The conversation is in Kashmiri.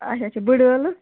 اَچھا اَچھا بُڈٕ عٲلہٕ